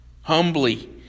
Humbly